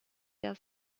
der